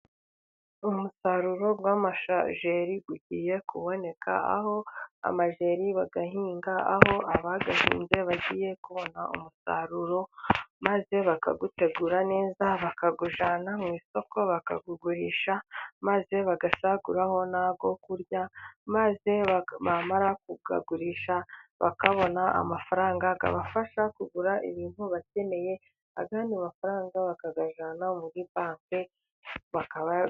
Umusaruro w'amajeri ugiye kuboneka, aho amajeri bayahinga aho abayahinze bagiye kubona umusaruro maze bakawutegura neza, bakawujyana mu isoko bakawugurisha maze bagasaguraho n'ayo kurya, maze bamara kuyagurisha bakabona amafaranga abafasha kugura ibintu bakeneye, ayandi mafaranga bakayajyana muri banki bakaba.......